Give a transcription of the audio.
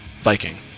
Viking